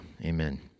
Amen